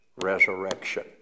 resurrection